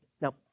Now